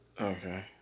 Okay